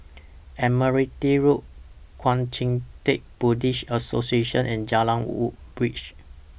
Admiralty Road Kuang Chee Tng Buddhist Association and Jalan Woodbridge